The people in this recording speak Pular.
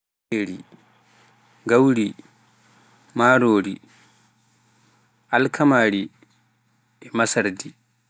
mbayeri, ngawri, marori, alkamari, e masardi